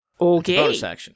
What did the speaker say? Okay